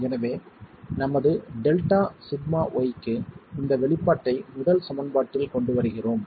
எனவே நமது Δσy க்கு இந்த வெளிப்பாட்டை முதல் சமன்பாட்டில் கொண்டு வருகிறோம்